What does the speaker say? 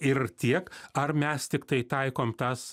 ir tiek ar mes tiktai taikom tas